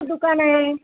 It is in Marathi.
दुकान आहे